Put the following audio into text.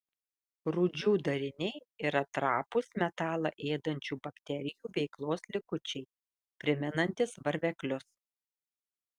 rūdžių dariniai yra trapūs metalą ėdančių bakterijų veiklos likučiai primenantys varveklius